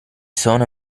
sono